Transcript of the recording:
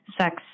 sex